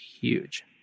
huge